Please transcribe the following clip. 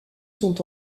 sont